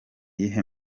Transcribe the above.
iyihe